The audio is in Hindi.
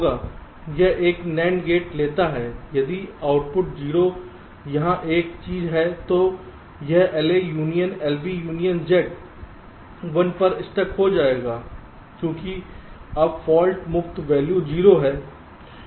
यह एक NAND गेट लेता है यदि आउटपुट 0 यहाँ एक ही चीज़ है तो यह LA Union LB Union Z 1 पर स्टक हो जाएगा क्योंकि अब फाल्ट मुक्त वैल्यू 0 है